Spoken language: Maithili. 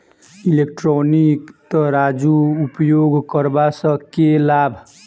इलेक्ट्रॉनिक तराजू उपयोग करबा सऽ केँ लाभ?